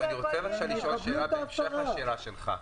אני רוצה לשאול שאלת המשך לשאלה שלך.